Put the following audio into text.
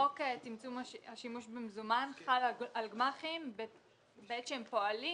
חוק צמצום השימוש במזומן חל על גמ"חים בעת שהם פועלים